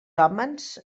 hòmens